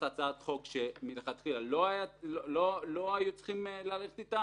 הצעת חוק שמלכתחילה לא היו צריכים ללכת איתה,